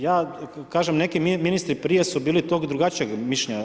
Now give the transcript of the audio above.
Ja, kažem neki ministri prije su bili tog drugačijeg mišljenja.